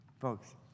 Folks